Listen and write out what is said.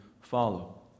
follow